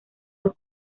dos